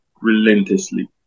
relentlessly